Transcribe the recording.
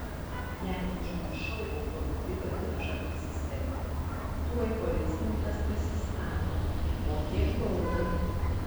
jei užmiršau automobilio diržą prisisegti tuoj policininkas prisistato mokėk baudą